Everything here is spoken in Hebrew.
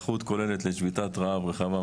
היערכות כוללת לשביתת רעב רחבה,